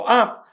up